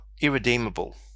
irredeemable